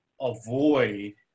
avoid